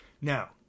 Now